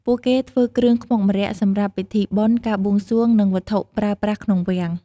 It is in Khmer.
ពួកគេធ្វើគ្រឿងខ្មុកម្រ័ក្សណ៍សម្រាប់ពិធីបុណ្យ ការបួងសួង និង វត្ថុប្រើប្រាស់ក្នុងវាំង។